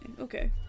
Okay